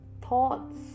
thoughts